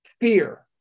fear